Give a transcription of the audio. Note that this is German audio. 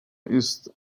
ist